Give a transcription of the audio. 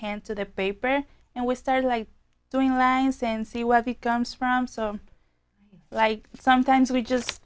hand to the papers and we start like doing lines and see what he comes from so like sometimes we just